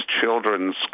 children's